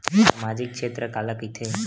सामजिक क्षेत्र काला कइथे?